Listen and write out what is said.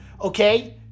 okay